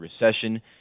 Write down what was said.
recession